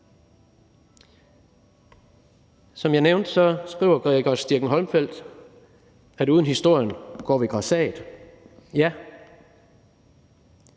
Som jeg nævnte, skriver Gregers Dirckinck-Holmfeld, at uden historien går vi grassat. Ja,